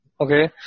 okay